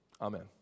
Amen